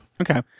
okay